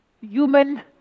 human